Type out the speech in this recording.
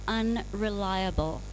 unreliable